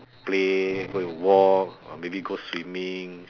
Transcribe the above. play go and walk or maybe go swimming